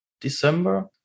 December